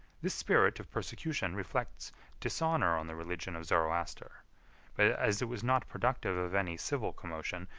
this spirit of persecution reflects dishonor on the religion of zoroaster but as it was not productive of any civil commotion,